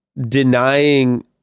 denying